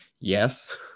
Yes